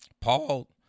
Paul